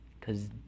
cause